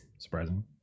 surprising